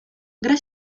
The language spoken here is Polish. gra